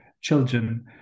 children